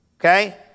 Okay